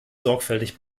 sorgfältig